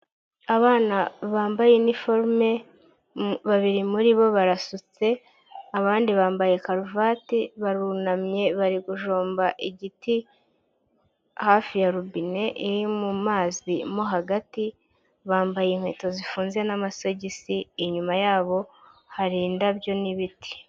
Abana bambaye iniforume babiri muri bo barasutse abandi bambaye karuvati barunamye bari kujomba igiti hafi ya robine iri mu mazi mo hagati, bambaye inkweto zifunze n'amasogisi inyuma yabo hari indabyo n'ibiti.